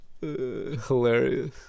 Hilarious